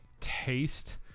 taste